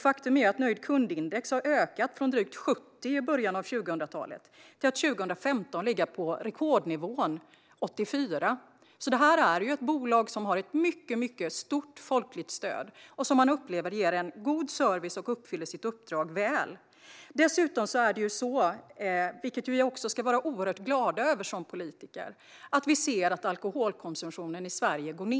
Faktum är att nöjd-kund-index har ökat från drygt 70 i början av 2000-talet till att 2015 ligga på rekordnivån 84. Detta är ett bolag som har ett mycket stort folkligt stöd och som man upplever ger en god service och uppfyller sitt uppdrag väl. Dessutom ser vi, vilket vi ska vara oerhört glada över som politiker, att alkoholkonsumtionen i Sverige går ned.